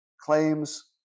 claims